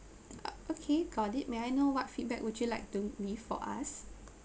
ah okay got it may I know what feedback would you like to leave for us